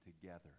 together